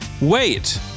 wait